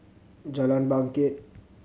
Jalan Bangket